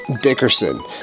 Dickerson